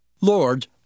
Lord